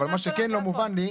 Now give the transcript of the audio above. אבל מה שכן לא מובן לי,